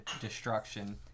destruction